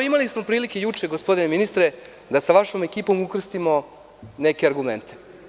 Imali smo prilike juče gospodine ministre, da sa vašom ekipom ukrstimo neke argumente.